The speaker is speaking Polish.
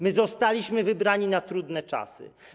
My zostaliśmy wybrani na trudne czasy.